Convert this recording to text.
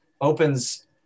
opens